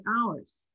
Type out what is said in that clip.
hours